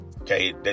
Okay